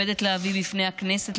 חברי הכנסת,